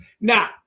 Now